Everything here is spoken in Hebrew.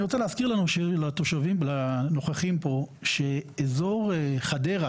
אני רוצה להזכיר לתושבים ולנוכחים כאן שאזור חדרה,